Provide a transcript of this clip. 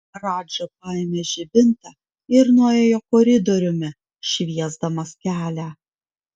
radža paėmė žibintą ir nuėjo koridoriumi šviesdamas kelią